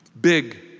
big